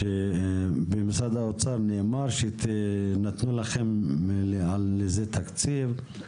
כשבמשרד האוצר אמרו שנתנו לכם עבור זה תקציב.